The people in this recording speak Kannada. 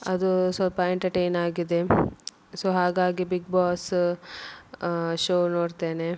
ಅದು ಸ್ವಲ್ಪ ಎಂಟಟೈನಾಗಿದೆ ಸೊ ಹಾಗಾಗಿ ಬಿಗ್ ಬಾಸ ಶೋ ನೋಡ್ತೇನೆ